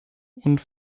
und